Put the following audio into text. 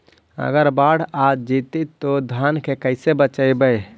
अगर बाढ़ आ जितै तो धान के कैसे बचइबै?